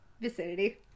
vicinity